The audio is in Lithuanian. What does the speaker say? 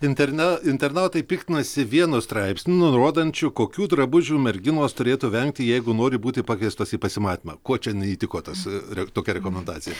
interne internautai piktinasi vienu straipsniu nurodančiu kokių drabužių merginos turėtų vengti jeigu nori būti pakviestos į pasimatymą kuo čia neįtiko tas reg tokia rekomendacija